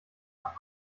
nach